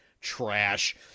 trash